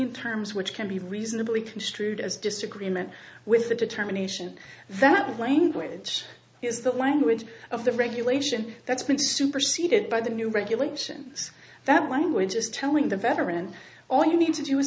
in terms which can be reasonably construed as disagreement with the determination that the language is the language of the regulation that's been superceded by the new regulations that language is telling the veteran and all you need to do